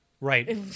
Right